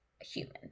human